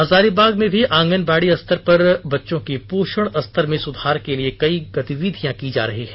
हजारीबाग में भी आंगनबाड़ी स्तर पर बच्चों के पोषण स्तर में सुधार के लिए कई गतिविधियां की जा रही हैं